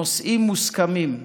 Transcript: נושאים מוסכמים.